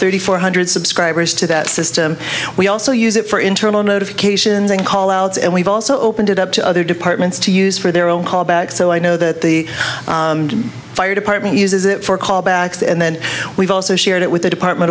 thirty four hundred subscribers to that system we also use it for internal notifications and call outs and we've also opened it up to other departments to use for their own callback so i know that the fire department uses it for callbacks and then we've also shared it with the department